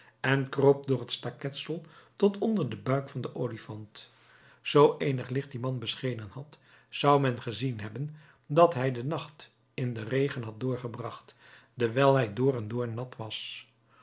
en kroop door het staketsel tot onder den buik van den olifant zoo eenig licht dien man beschenen had zou men gezien hebben dat hij den nacht in den regen had doorgebracht dewijl hij door en door nat was